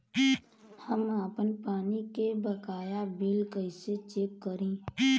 हम आपन पानी के बकाया बिल कईसे चेक करी?